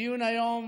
הדיון היום